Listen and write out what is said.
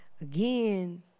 again